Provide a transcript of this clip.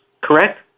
correct